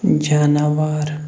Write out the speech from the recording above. جاناوار